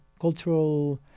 cultural